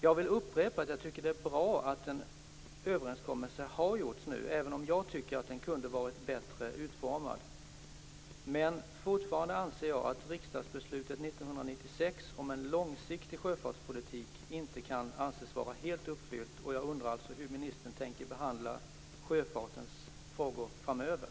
Jag vill upprepa att jag tycker att det är bra att en överenskommelse har gjorts nu, även om jag tycker att den kunde ha varit bättre utformad. Men jag anser fortfarande att riksdagsbeslutet 1996 om en långsiktig sjöfartspolitik inte kan anses vara helt uppfyllt. Jag undrar alltså hur ministern tänker behandla sjöfartens frågor framöver.